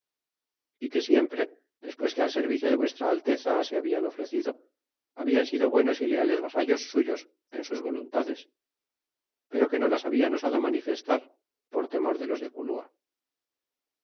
esparaol que siempre despues que al servicio de vuestra alteza se hablan ofrescido hablan sido buenos y leales vasallos suyos en sus yo lealtades pero que no las habian osado manifestar por temor de los de culua